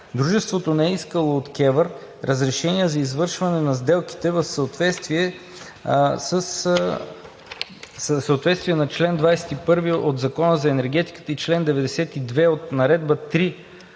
Дружеството не е искало от КЕВР разрешение за извършване на сделките в съответствие с чл. 21 от Закона за енергетиката и чл. 92 от Наредба №